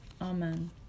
Amen